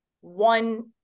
one